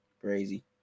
Crazy